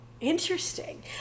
Interesting